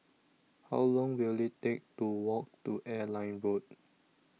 How Long Will IT Take to Walk to Airline Road